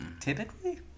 typically